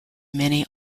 many